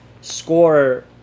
Score